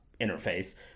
interface